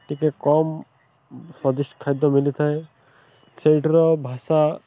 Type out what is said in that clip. ଟିକେ କମ୍ ସ୍ୱାଦିଷ୍ଟ ଖାଦ୍ୟ ମିଳିଥାଏ ସେଇଠାର ଭାଷା